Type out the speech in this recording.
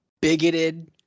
bigoted